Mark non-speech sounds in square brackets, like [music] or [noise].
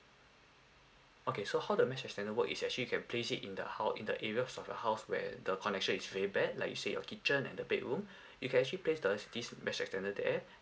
okay so how the mesh extender work is actually you can place it in the hou~ in the area of your house where the connection is very bad like you said your kitchen and the bedroom [breath] you can actually place the this this mesh extender there